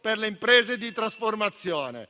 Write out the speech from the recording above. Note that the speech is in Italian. per le imprese di trasformazione.